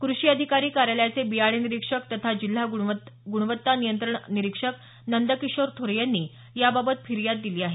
कृषी अधिकारी कार्यालयाचे बियाणे निरीक्षक तथा जिल्हा गुणवत्ता नियंत्रण निरीक्षक नंदकिशोर थोरे यांनी याबाबत फिर्याद दिली आहे